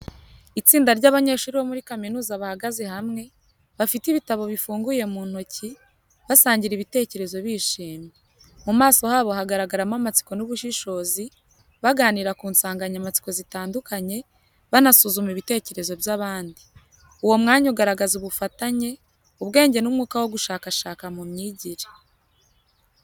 Itsinda ry’abanyeshuri bo muri kaminuza bahagaze hamwe, bafite ibitabo bifunguye mu ntoki, basangira ibitekerezo bishimye. Mu maso habo hagaragaramo amatsiko n’ubushishozi, baganira ku nsanganyamatsiko zitandukanye, banasuzuma ibitekerezo by’abandi. Uwo mwanya ugaragaza ubufatanye, ubwenge, n’umwuka wo gushakashaka mu myigire.